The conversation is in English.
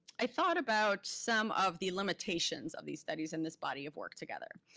i thought about some of the limitations of these studies and this body of work together.